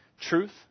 truth